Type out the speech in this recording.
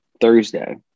Thursday